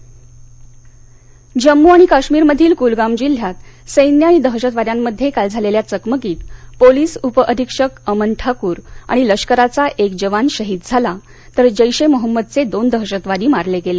जम्म काश्मीर चकमक जम्मू आणि काश्मीरमधील कूलगाम जिल्ह्यात सैन्य आणि दहशतवाद्यांमध्ये काल झालेल्या चकमकीत पोलिस उप अधीक्षक अमन ठाकूर आणि लष्कराचा एक जवान शहीद झाला तर जेश ए मोहमद्ये दोन दहशतवादी मारले गेले